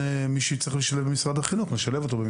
נשלב את מי שצריך במשרד החינוך.